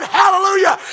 hallelujah